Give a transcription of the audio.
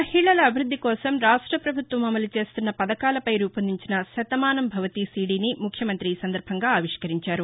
మహిళల అభివృద్ది కోసం రాష్ట్రపభుత్వం అమలు చేస్తున్న పథకాలపై రూపొందించిన శతమానం భవతి సీడీని ముఖ్యమంతి ఆవిష్కరించారు